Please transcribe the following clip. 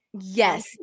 Yes